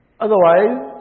Otherwise